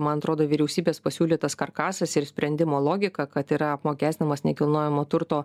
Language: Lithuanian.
man atrodo vyriausybės pasiūlytas karkasas ir sprendimo logika kad yra apmokestinamas nekilnojamo turto